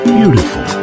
beautiful